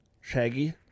Shaggy